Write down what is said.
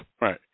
Right